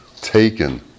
taken